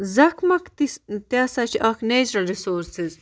زَخمَکھ تہِ تہِ ہَسا چھِ اَکھ نیچرَل رِسورسٕز